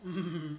mm